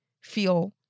feel